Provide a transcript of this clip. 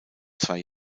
zwei